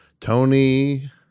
Tony